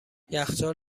یخچال